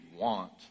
want